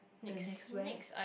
to the next where